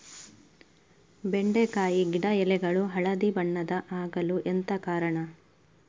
ಬೆಂಡೆಕಾಯಿ ಗಿಡ ಎಲೆಗಳು ಹಳದಿ ಬಣ್ಣದ ಆಗಲು ಎಂತ ಕಾರಣ?